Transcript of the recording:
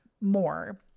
more